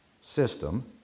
system